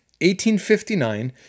1859